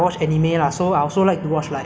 you know anime is very popular right nowadays